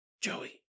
Joey